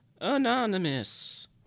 Anonymous